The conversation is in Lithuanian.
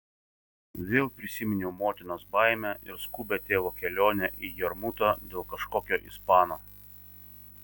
vėl prisiminiau motinos baimę ir skubią tėvo kelionę į jarmutą dėl kažkokio ispano